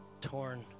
torn